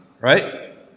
right